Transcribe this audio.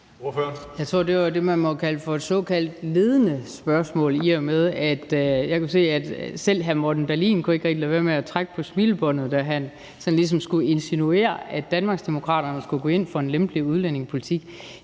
Jeg tror, det var det, man må kalde for et ledende spørgsmål, i og med at jeg kunne se, at selv hr. Morten Dahlin ikke rigtig kunne lade være med at trække på smilebåndet, da han ligesom skulle insinuere, at Danmarksdemokraterne skulle gå ind for en lempelig udlændingepolitik.